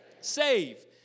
Save